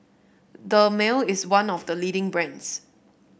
Dermale is one of the leading brands